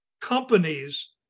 companies